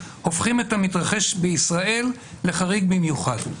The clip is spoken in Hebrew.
הופכים את המתרחש בישראל לחריג במיוחד.